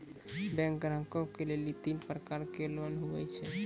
Bank ग्राहक के लेली तीन प्रकर के लोन हुए छै?